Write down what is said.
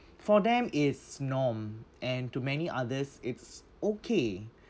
for them is norm and to many others it's okay